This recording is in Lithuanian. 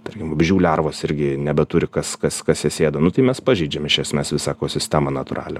tarkim vabzdžių lervos irgi nebeturi kas kas kas jas ėda nu tai mes pažeidžiam iš esmės visą ekosistemą natūralią